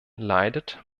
leidet